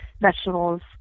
vegetables